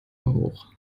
hoch